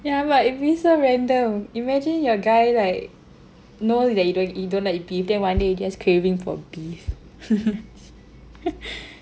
yeah but it'd be so random imagine your guy like knows that you don't you don't like beef then one day you just craving for beef